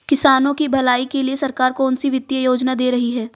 किसानों की भलाई के लिए सरकार कौनसी वित्तीय योजना दे रही है?